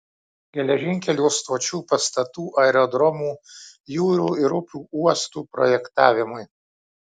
geležinkelių stočių pastatų aerodromų jūrų ir upių uostų projektavimui